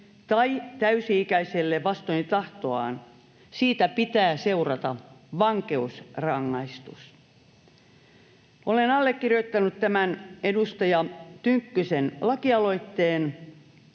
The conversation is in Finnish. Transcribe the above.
tai täysi-ikäiselle vastoin tahtoaan, siitä pitää seurata vankeusrangaistus. Olen allekirjoittanut tämän edustaja Tynkkysen lakialoitteen